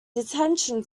detention